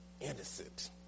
innocent